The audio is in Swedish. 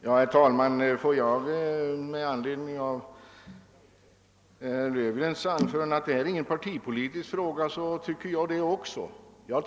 Herr talman! Herr Löfgren sade att detta inte var någon partipolitisk fråga och det tycker också jag.